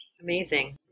Amazing